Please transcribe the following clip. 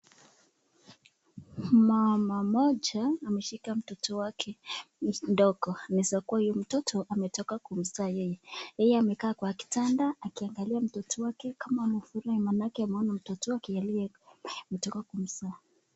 Mama mmoja ameshika mtoto wake mdogo, anaeza kuwa huyo mtoto ametoka kumzaa yeye. Yeye amekaa kwa kitanda akiangalia mtoto wake kama amefurahi manake ameona mtoto wake aliye ametoka kumzaa